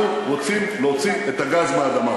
אנחנו רוצים להוציא את הגז מהאדמה.